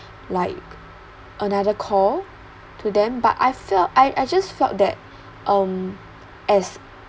like another call to them but I felt I I just felt that um as